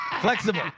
Flexible